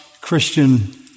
Christian